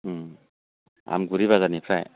आमगुरि बाजारनिफ्राय